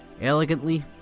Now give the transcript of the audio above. Elegantly